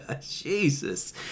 Jesus